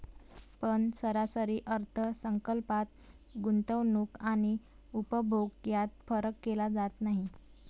पण सरकारी अर्थ संकल्पात गुंतवणूक आणि उपभोग यात फरक केला जात नाही